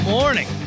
morning